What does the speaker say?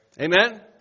Amen